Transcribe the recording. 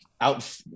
out